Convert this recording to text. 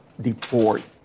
deport